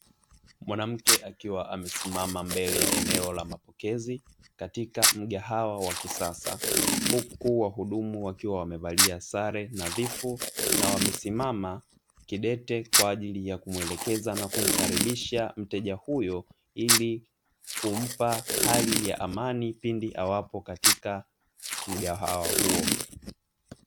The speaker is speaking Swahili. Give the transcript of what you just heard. Mwanamke akiwa amesimama mbele ya eneo la mapokezi katika mgahawa wa kisasa huku wahudumu wakiwa wamevalia sare nadhifu na wamesimama kidete kwa ajili ya kumwelekeza na kumkaribisha mteja huyo, ili kumpa hali ya amani pindi awapo katika mgahawa huo.